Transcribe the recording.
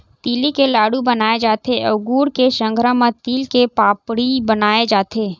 तिली के लाडू बनाय जाथे अउ गुड़ के संघरा म तिल के पापड़ी बनाए जाथे